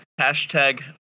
Hashtag